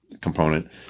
component